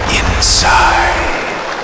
inside